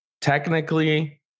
technically